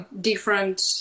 different